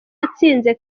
yatsinze